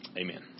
Amen